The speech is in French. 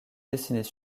décennies